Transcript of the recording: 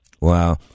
Wow